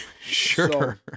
Sure